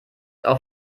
auf